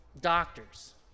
doctors